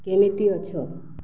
କେମିତି ଅଛ